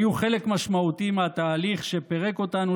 והיו חלק משמעותי מהתהליך שפירק אותנו